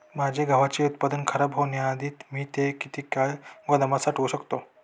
माझे गव्हाचे उत्पादन खराब होण्याआधी मी ते किती काळ गोदामात साठवू शकतो?